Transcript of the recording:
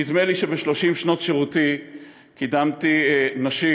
נדמה לי שב-30 שנות שירותי קידמתי נשים